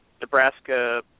Nebraska